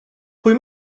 pwy